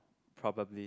probably